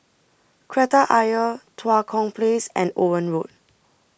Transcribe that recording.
Kreta Ayer Tua Kong Place and Owen Road